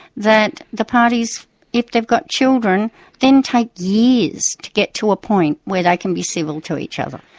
that the parties if they've got children then take years to get to a point where they can be civil to each other.